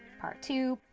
part two.